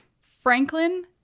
Franklin